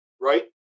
right